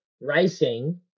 racing